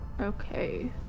Okay